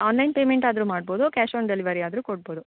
online payment ಆದರೂ ಮಾಡ್ಬೋದು cash on delivery ಆದರೂ ಕೊಡ್ಬೋದು